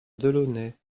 delaunay